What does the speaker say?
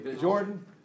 Jordan